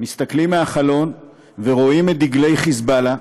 מסתכלים מהחלון ורואים את דגלי "חיזבאללה"